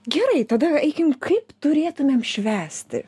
gerai tada eikim kaip turėtumėm švęsti